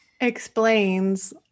Explains